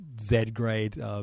Z-grade